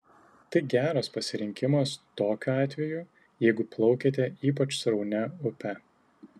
tai geras pasirinkimas tokiu atveju jeigu plaukiate ypač sraunia upe